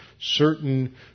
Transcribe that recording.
certain